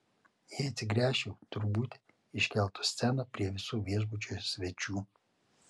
jei atsigręžčiau turbūt iškeltų sceną prie visų viešbučio svečių